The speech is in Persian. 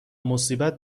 مصیبت